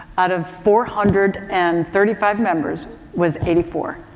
out of four hundred and thirty five members was eighty four.